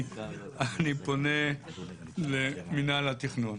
אני פונה למינהל התכנון